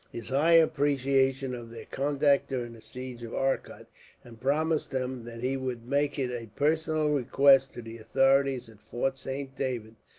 his high appreciation of their conduct during the siege of arcot and promised them that he would make it a personal request, to the authorities at fort saint david,